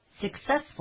successful